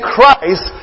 Christ